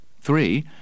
Three